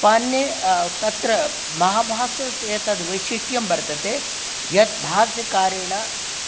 पाणिनेः तत्र महाभाष्यस्य एतद् वैशिष्ट्यं वर्तते यत् भाष्यकारेण